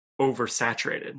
oversaturated